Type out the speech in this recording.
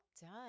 done